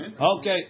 Okay